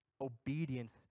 obedience